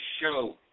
show